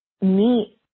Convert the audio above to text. meet